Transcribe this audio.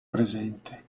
presente